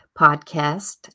podcast